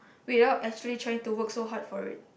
without actually trying to work so hard for it